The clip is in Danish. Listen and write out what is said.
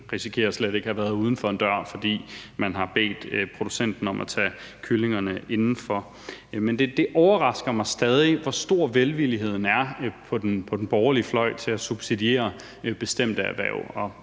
risikerer slet ikke at komme uden for en dør, fordi man har beder producenterne om at tage kyllingerne indenfor. Det overrasker mig stadig, hvor stor velviljen er på den borgerlige fløj til at subsidiere bestemte erhverv.